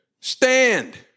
Stand